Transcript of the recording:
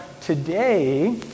Today